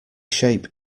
shape